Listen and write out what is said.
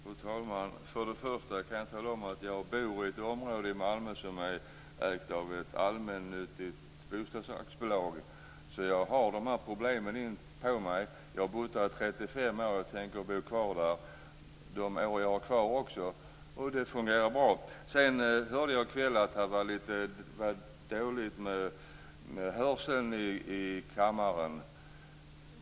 Fru talman! Till att börja med kan jag tala om att jag bor i ett område i Malmö som är ägt av ett allmännyttigt bostadsbolag, så jag har dessa problem inpå mig. Jag har bott där i 35 år, och jag tänker bo kvar där också de år jag har kvar, och det fungerar bra. Det verkar vara dåligt med hörseln i kammaren här i kväll.